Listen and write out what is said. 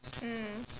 mm